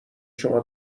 شما